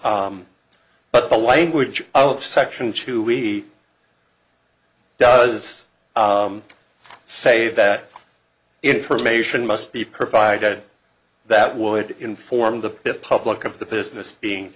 but the language of section chu we does say that information must be provided that would inform the public of the business being